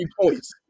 points